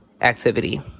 activity